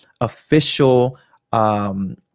official